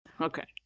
okay